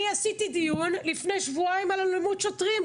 אני עשיתי דיון לפני שבועיים על אלימות שוטרים.